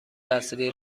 اصلی